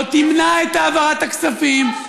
לא תמנע את העברת הכספים,